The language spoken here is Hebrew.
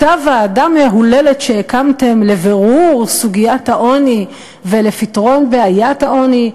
אותה ועדה מהוללת שהקמתם לבירור סוגיית העוני ולפתרון בעיית העוני,